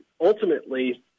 ultimately